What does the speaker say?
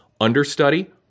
understudy